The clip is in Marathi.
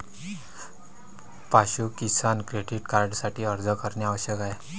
पाशु किसान क्रेडिट कार्डसाठी अर्ज करणे आवश्यक आहे